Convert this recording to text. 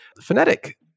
phonetic